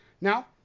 Now